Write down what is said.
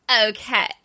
Okay